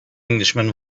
englishman